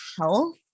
health